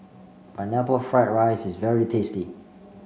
Pineapple Fried Rice is very tasty